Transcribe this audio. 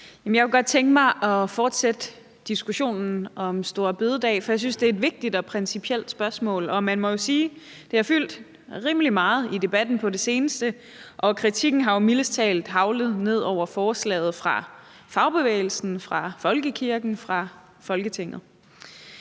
Jeg kunne godt tænke mig at fortsætte diskussionen om store bededag, for jeg synes, det er et vigtigt og principielt spørgsmål, og man må jo sige, at det har fyldt rimelig meget i debatten på det seneste, og kritikken er jo mildest talt haglet ned over forslaget fra fagbevægelsen, fra folkekirken og fra Folketinget.